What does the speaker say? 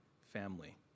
family